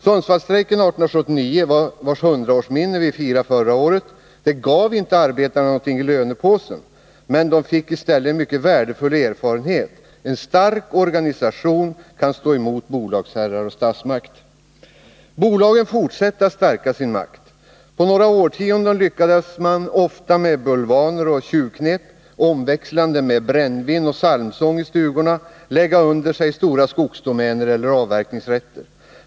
Sundsvallsstrejken 1879, vars hundraårsminne hyllades förra året, gav inte arbetarna någonting i lönepåsen, men de fick en mycket värdefull erfarenhet: en stark organisation kan stå emot bolagsherrar och statsmakt. Bolagen fortsatte att stärka sin makt. På några årtionden lyckades man — ofta med bulvaner och tjuvknep omväxlande med brännvin och psalmsång i stugorna — lägga under sig stora skogsdomäner eller avverkningsrätter.